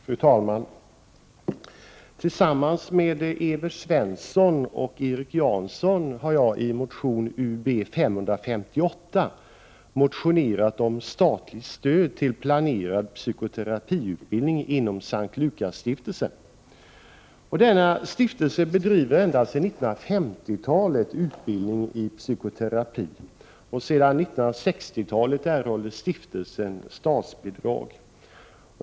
Fru talman! Tillsammans med Evert Svensson och Erik Janson har jag i motion Ub558 föreslagit statligt stöd till planerad psykoterapiutbildning inom S:t Lukasstiftelsen. Denna stiftelse bedriver ända sedan 1950-talet en utbildning i psykoterapi. Sedan 1960-talet erhåller stiftelsen statsbidrag.